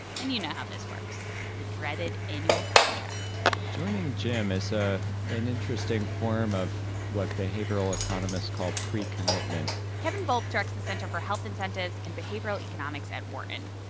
and you know how this works the dreaded annual contract joining a gym is a an interesting form of what behavioral economists call pre-commitment kevin volpp directs the center for health incentives and behavioral economics at wharton.